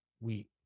we-